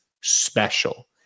special